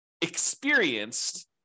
experienced